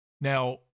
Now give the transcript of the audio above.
Now